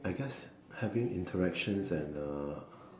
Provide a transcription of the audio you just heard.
I guess having interactions and uh